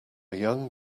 young